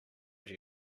told